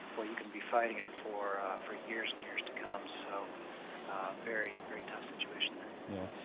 where you can be fighting it for ah for years and years to come, so very, very tough situation there yeah.